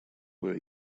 were